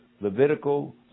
Levitical